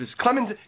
Clemens